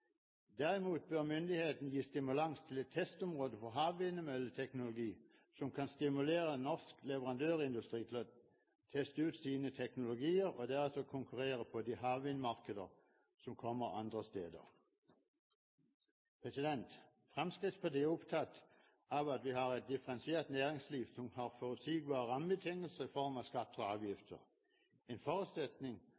Derimot bør myndighetene gi stimulans til et testområde for havvindmølleteknologi, som kan stimulere norsk leverandørindustri til å teste ut sine teknologier og deretter konkurrere på de havvindmarkeder som kommer andre steder. Fremskrittspartiet er opptatt av at vi har et differensiert næringsliv som har forutsigbare rammebetingelser i form av skatter og